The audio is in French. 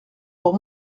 pour